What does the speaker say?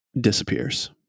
disappears